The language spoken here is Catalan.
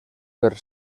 per